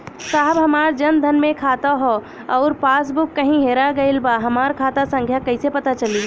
साहब हमार जन धन मे खाता ह अउर पास बुक कहीं हेरा गईल बा हमार खाता संख्या कईसे पता चली?